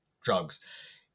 drugs